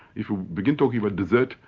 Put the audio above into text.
if you begin talking about desert,